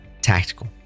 tactical